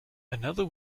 another